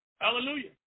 Hallelujah